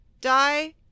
die